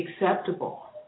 acceptable